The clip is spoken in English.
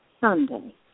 Sunday